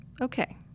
okay